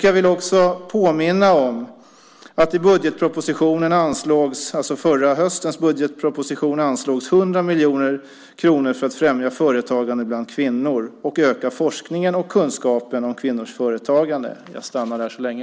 Jag vill också påminna om att det i förra höstens budgetproposition anslogs 100 miljoner kronor för att främja företagande bland kvinnor och öka forskningen och kunskapen om kvinnors företagande.